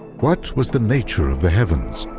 what was the nature of the heavens,